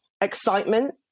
excitement